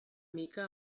mica